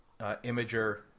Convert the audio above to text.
imager